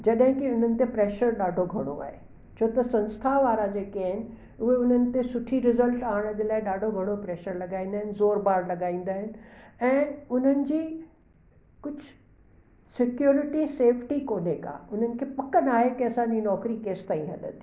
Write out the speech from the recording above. जॾहिं कि उन्हनि ते प्रेशर ॾाढो घणो आहे छो त संस्था वारा जे के आहिनि उहे उन्हनि ते सुठी रिजल्ट आणण जे लाइ ॾाढो वॾो प्रेशर लॻाईंदा आहिनि ज़ोरु बार लॻाईंदा आहिनि ऐं उन्हनि जे कुझु सिक्योरिटी सेफ्टी कोने का उन्हनि खे पक नाहे कि असांजी नौकिरी केसी ताईं हलंदी